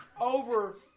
over